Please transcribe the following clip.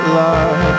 love